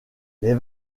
les